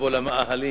לבוא למאהלים.